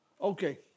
Okay